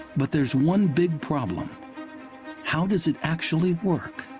but there's one big problem how does it actually work?